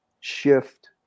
shift